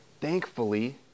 Thankfully